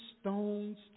stones